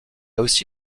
aussi